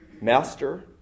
master